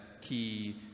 key